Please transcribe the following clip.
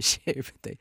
šiaip tai